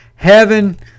Heaven